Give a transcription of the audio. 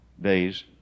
days